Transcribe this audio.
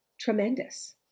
tremendous